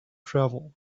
travel